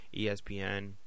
ESPN